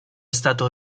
stato